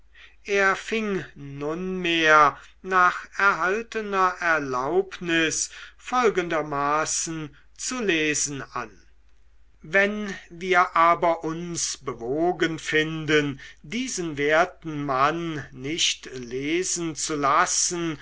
er fing nunmehr nach erhaltener erlaubnis folgendermaßen zu lesen an wenn wir aber uns bewogen finden diesen werten mann nicht lesen zu lassen